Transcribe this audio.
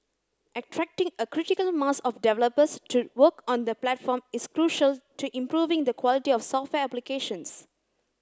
attracting a critical mass of developers to work on the platform is crucial to improving the quality of software applications